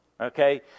okay